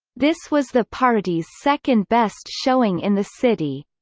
this was the party's second-best showing in the city.